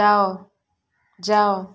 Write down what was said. ଯାଅ ଯାଅ